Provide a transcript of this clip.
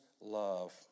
love